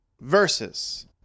Versus